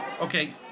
okay